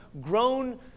grown